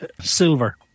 silver